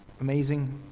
amazing